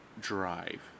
drive